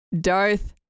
Darth